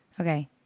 Okay